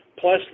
plus